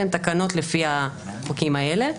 והן תקנות לפי החוקים האלה.